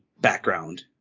background